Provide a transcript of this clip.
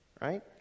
Right